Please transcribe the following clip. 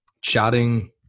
chatting